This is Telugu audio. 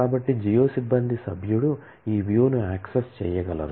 కాబట్టి జియో సిబ్బంది సభ్యుడు ఈ వ్యూ ను యాక్సెస్ చేయగలరు